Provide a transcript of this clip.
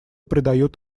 придает